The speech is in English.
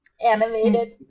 animated